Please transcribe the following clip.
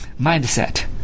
mindset